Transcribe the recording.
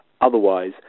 otherwise